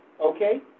Okay